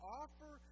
offer